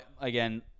again